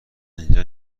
اینجا